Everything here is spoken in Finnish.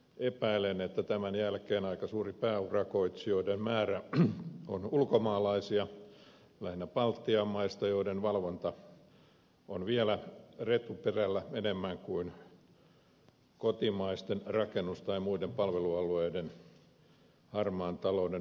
epäilen että tämän jälkeen aika suuri osa pääurakoitsijoista on ulkomaalaisia lähinnä baltian maista joiden valvonta on vielä enemmän retuperällä kuin kotimaisten rakennus tai muiden alojen palvelualojen harmaan talouden valvonta